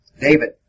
David